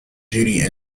judy